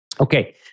Okay